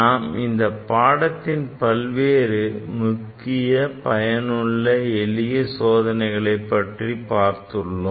நாம் இந்தப் பாடத்தில் பல்வேறு முக்கிய பயனுள்ள எளிய சோதனைகளைப் பற்றி பார்த்துள்ளோம்